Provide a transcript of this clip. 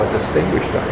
distinguished